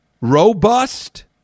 robust